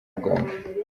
muganga